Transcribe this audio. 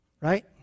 right